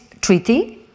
treaty